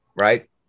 right